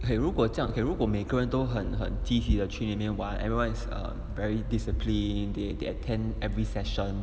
!hey! 如果这样 ah 如果每个人都很很积极的去那边玩 everyone is a very disciplined they they attend every session